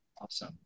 Awesome